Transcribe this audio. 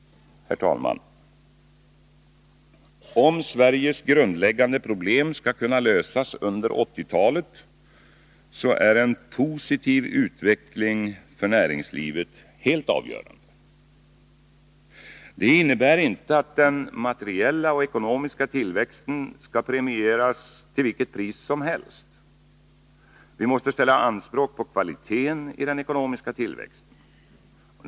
Herr talman! För att Sveriges grundläggande problem skall kunna lösas under 1980-talet, är en positiv utveckling för näringslivet helt avgörande. Det innebär inte att den materiella och ekonomiska tillväxten skall premieras till vilket pris som helst. Vi måste ställa anspråk på kvaliteten i den ekonomiska tillväxten.